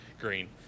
Green